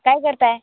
काय करताय